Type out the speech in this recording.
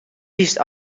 hiest